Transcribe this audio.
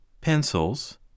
PENCILS